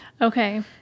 Okay